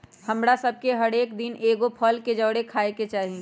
हमरा सभके हरेक दिन एगो फल के जरुरे खाय के चाही